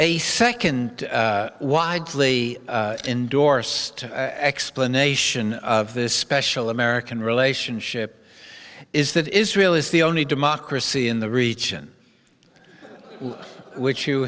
a second widely endorsed explanation of this special american relationship is that israel is the only democracy in the region which you